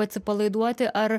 atsipalaiduoti ar